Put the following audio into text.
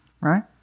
right